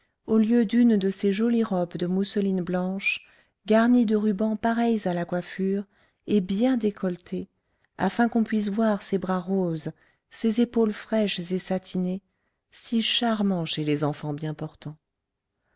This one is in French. au lieu d'une de ces jolies robes de mousseline blanche garnies de rubans pareils à la coiffure et bien décolletées afin qu'on puisse voir ces bras roses ces épaules fraîches et satinées si charmants chez les enfants bien portants